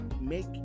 make